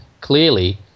Clearly